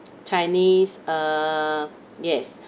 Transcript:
chinese uh yes